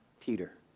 Peter